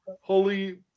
holy